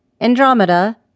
Andromeda